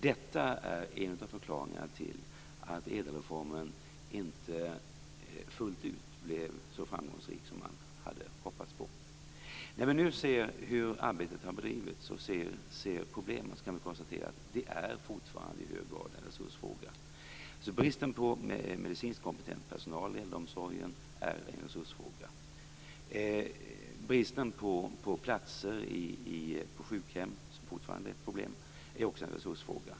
Detta är en av förklaringarna till att ädelreformen inte fullt ut blev så framgångsrik som man hade hoppats på. När vi nu ser hur arbetet har bedrivits och ser problemen kan vi konstatera att det fortfarande i hög grad är en resursfråga. Bristen på medicinskt kompetent personal i äldreomsorgen är en resursfråga. Bristen på platser på sjukhem, som fortfarande är ett problem, är också en resursfråga.